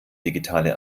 digitale